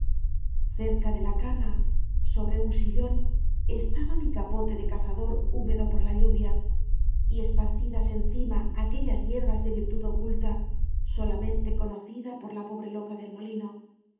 cerca de la cama sobre un sillón estaba mi capote de cazador hú medo por la lluvia y esparcidas encima aquellas hierbas de virtud oculta solamente conocida por la pobre loca del molino